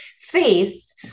face